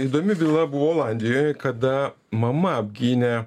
įdomi byla buvo olandijoj kada mama apgynė